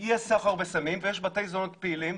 יש סחר בסמים ויש בתי זונות פעילים,